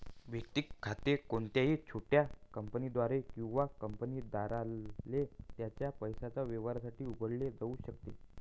वैयक्तिक खाते कोणत्याही छोट्या कंपनीद्वारे किंवा कंपनीद्वारे त्याच्या पैशाच्या व्यवहारांसाठी उघडले जाऊ शकते